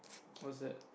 what's that